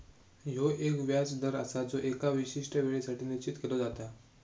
ह्यो एक व्याज दर आसा जो एका विशिष्ट येळेसाठी निश्चित केलो जाता